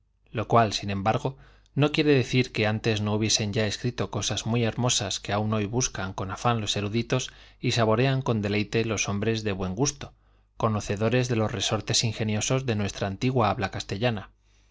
lo cual sin embargo no quiere decir que antes no hubiesen ya escrito los cosas muy hermosas que aun hoy buscan con afán eruditos y saborean con deleite los hombres de bueu gusto conocedores de los resortes ingeniosos de nuestra antigua habla castellana